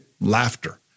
laughter